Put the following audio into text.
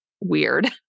weird